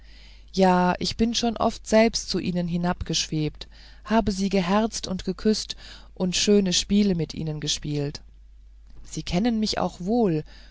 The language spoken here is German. ja ich bin schon oft selbst zu ihnen hinabgeschwebt habe sie geherzt und geküßt und schöne spiele mit ihnen gespielt sie kennen mich auch wohl